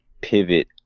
pivot